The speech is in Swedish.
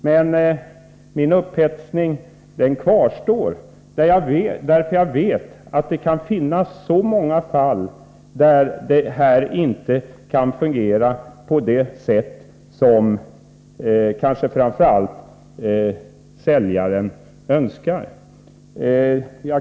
Men min upphetsning kvarstår, därför att jag vet att det finns så många fall där det här inte kommer att fungera på det sätt som kanske framför allt säljaren önskar.